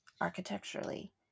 architecturally